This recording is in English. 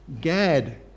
Gad